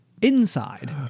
inside